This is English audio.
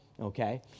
okay